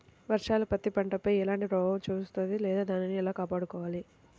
వర్షాలు పత్తి పంటపై ఎలాంటి ప్రభావం చూపిస్తుంద లేదా దానిని ఎలా కాపాడుకోవాలి?